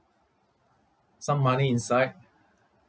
some money inside